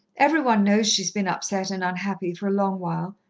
every one knows she's been upset and unhappy for a long while.